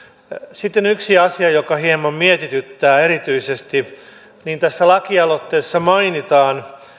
sitten yksi asia joka hieman mietityttää erityisesti tässä lakialoitteessa mainitaan